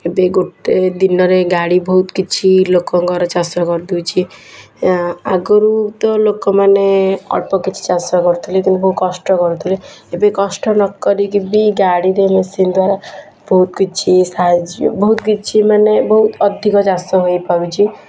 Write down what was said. ଏବେ ଗୋଟେ ଦିନରେ ଗାଡ଼ି ବହୁତ କିଛି ଲୋକଙ୍କର ଚାଷ କରିଦେଉଛି ଆଗରୁ ତ ଲୋକମାନେ ଅଳ୍ପ କିଛି ଚାଷ କରୁଥିଲେ କିନ୍ତୁ ବହୁ କଷ୍ଟ କରୁଥିଲେ ଏବେ କଷ୍ଟ ନକରିକି ବି ଗାଡ଼ିରେ ମେସିନ୍ ଦ୍ୱାରା ବହୁତ କିଛି ସାହାଯ୍ୟ ବହୁତ କିଛି ମାନେ ବହୁତ ଅଧିକ ଚାଷ ହୋଇପାରୁଛି